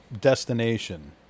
destination